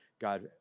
God